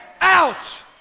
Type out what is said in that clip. out